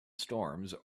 storms